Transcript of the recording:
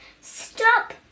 Stop